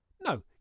No